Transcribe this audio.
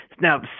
Now